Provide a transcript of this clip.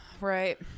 right